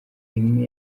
imwe